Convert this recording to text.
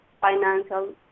financial